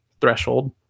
threshold